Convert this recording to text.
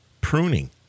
pruning